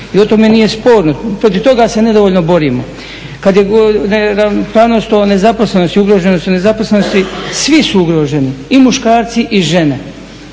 I o tome nije sporno, protiv toga se nedovoljno borimo. Kada je o neravnopravnosti u nezaposlenosti ugroženosti u nezaposlenosti, svi su ugroženi i muškarci i žene,